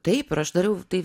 taip ir aš dariau tai